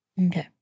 Okay